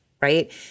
right